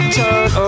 turn